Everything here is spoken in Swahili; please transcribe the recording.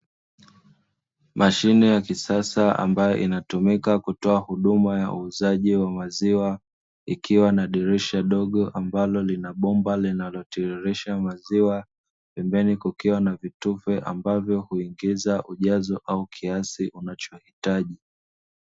Mashine ya kisasa ambayo inatumika kutoa huduma ya uuzaji wa maziwa, ikiwa na dirisha dogo ambalo lina bomba linalotiririsha maziwa, pembeni kukiwa na vitufye ambavyo huingiza ujazo au kiasi unachohitaji.